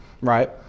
right